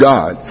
God